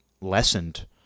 lessened